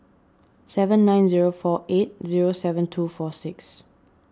seven nine zero four eight zero seven two four six